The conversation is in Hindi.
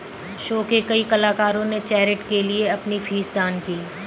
शो के कई कलाकारों ने चैरिटी के लिए अपनी फीस दान की